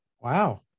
Wow